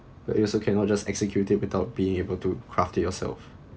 but you also cannot just execute it without being able to craft it yourself